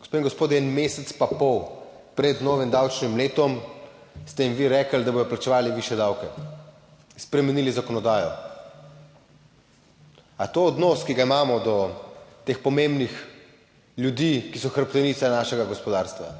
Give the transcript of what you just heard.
Gospe in gospodje, en mesec pa pol pred novim davčnim letom ste jim vi rekli, da bodo plačevali višje davke, spremenili zakonodajo. A to je odnos, ki ga imamo do teh pomembnih ljudi, ki so hrbtenica našega gospodarstva,